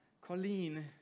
Colleen